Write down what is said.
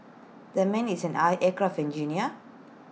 that man is an aircraft engineer